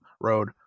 Road